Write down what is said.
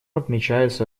отмечается